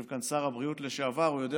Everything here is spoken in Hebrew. יושב כאן שר הבריאות לשעבר והוא יודע